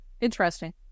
Interesting